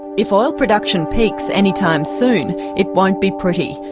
if oil production peaks anytime soon, it won't be pretty.